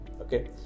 okay